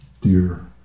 dear